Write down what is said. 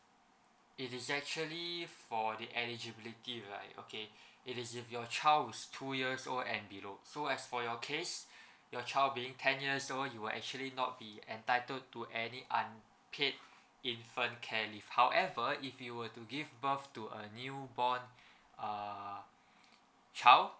it is actually for the eligibility right okay it is if your child's two years old and below so as for your case your child being ten years old you will actually not be entitled to any unpaid infant care leave however if you were to give birth to a new born err child